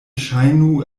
ŝajnu